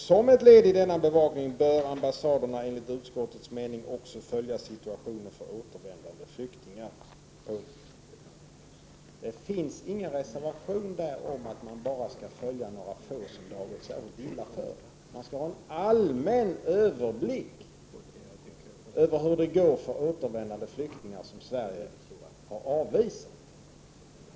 Som ett led i denna bevakning bör ambassaderna, enligt utskottets mening, också följa situationen för återvändande flyktingar. Det finns ingen reservation om att man bara skall följa några få fall som det gått särskilt illa för utan man skall ha en allmän överblick över hur det går för återvändande flyktingar som Sverige har avvisat.